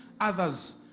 Others